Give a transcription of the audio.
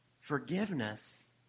forgiveness